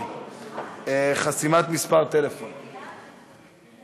הצעת חוק חסימת מספר טלפון לשם